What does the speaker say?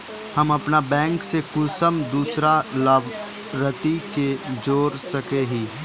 हम अपन बैंक से कुंसम दूसरा लाभारती के जोड़ सके हिय?